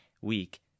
week